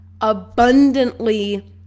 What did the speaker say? abundantly